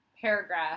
paragraph